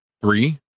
three